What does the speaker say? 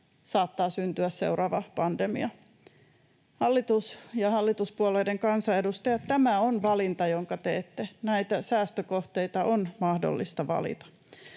saattaa syntyä seuraava pandemia. Hallitus ja hallituspuolueiden kansanedustajat, tämä on valinta, jonka teette. Näitä säästökohteita on mahdollista valita.